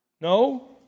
No